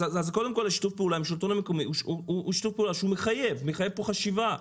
אז קודם כול שיתוף פעולה עם השלטון המקומי מחייב פה חשיבה.